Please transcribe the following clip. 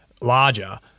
larger